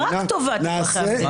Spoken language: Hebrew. רק טובת אזרחי המדינה.